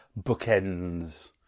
bookends